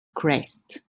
crest